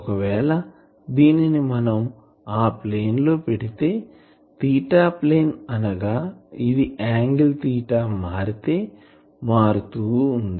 ఒకవేళ దీనిని మనం ఆ ప్లెన్ లో పెడితే తీటా ప్లేన్ అనగా ఇది యాంగిల్ తీటా మారితే మారుతుంది